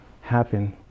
happen